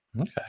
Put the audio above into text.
Okay